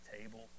table